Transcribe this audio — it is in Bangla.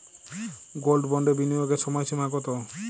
গোল্ড বন্ডে বিনিয়োগের সময়সীমা কতো?